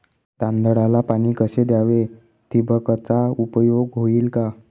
तांदळाला पाणी कसे द्यावे? ठिबकचा उपयोग होईल का?